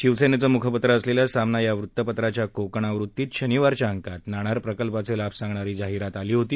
शिवसेनेचं मुखपत्र असलेल्या सामना या वृत्तपत्राच्या कोकण आवृत्तीत शनिवारच्या अंकात नाणार प्रकल्पाचे लाभ सांगणारी जाहिरात आली होती